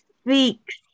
speaks